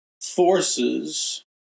forces